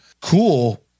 Cool